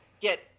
get